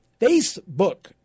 Facebook